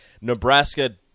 Nebraska